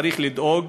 צריך לדאוג